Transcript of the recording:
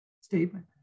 statement